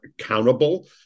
accountable